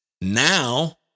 now